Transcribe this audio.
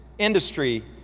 industry,